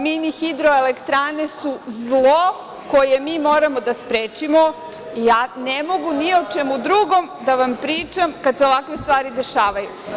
Mini hidroelektrane su zlo koje mi moramo da sprečimo i ja ne mogu ni o čemu drugom da vam pričam kad se ovakve stvari dešavaju.